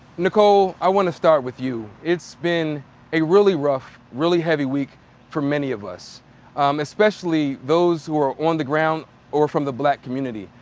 nicole, i wanna start with you. it's been a really rough, really heavy week for many of us um especially those who are on the ground or from the black community.